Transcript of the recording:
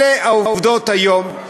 אלה העובדות היום.